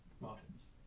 Martin's